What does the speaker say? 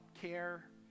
care